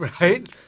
Right